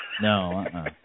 No